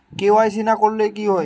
KYC না করলে কি হয়?